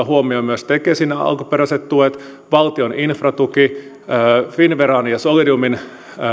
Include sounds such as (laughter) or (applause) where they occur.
(unintelligible) huomioon myös tekesin alkuperäiset tuet valtion infratuki finnveran ja solidiumin